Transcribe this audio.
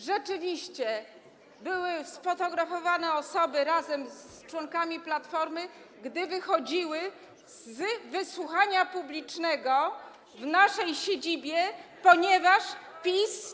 Rzeczywiście były sfotografowane osoby razem z członkami Platformy, gdy wychodziły z wysłuchania publicznego w naszej siedzibie, ponieważ PiS.